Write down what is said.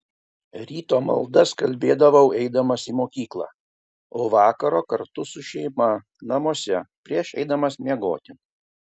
ryto maldas kalbėdavau eidamas į mokyklą o vakaro kartu su šeima namuose prieš eidamas miegoti